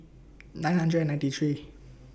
nine hundred and ninety three